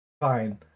fine